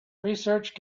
research